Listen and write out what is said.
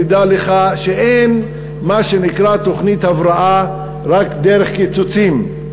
תדע לך שאין מה שנקרא "תוכנית הבראה" רק דרך קיצוצים.